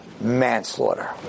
manslaughter